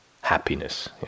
happiness